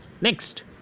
Next